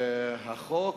שהחוק,